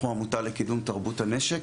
אנחנו העמותה לקידום תרבות הנשק.